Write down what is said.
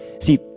See